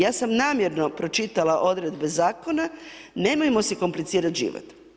Ja sam namjerno pročitala odredbe Zakona, nemojmo si komplicirati život.